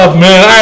man